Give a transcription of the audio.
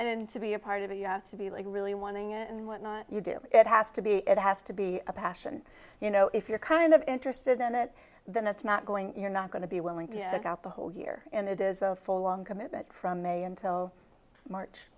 and to be a part of it you have to be like really wanting and what not you do it has to be it has to be a passion you know if you're kind of interested in it then it's not going you're not going to be willing to stick out the whole year and it is a long commitment from may until march